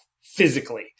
physically